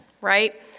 right